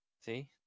See